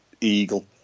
eagle